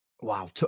wow